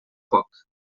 poc